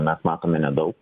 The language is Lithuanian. mes matome nedaug